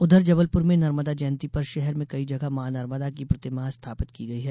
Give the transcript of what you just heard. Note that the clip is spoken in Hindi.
उधर जबलपुर में नर्मदा जयंती पर शहर में कई जगह मां नर्मदा की प्रतिमा स्थापित की गई है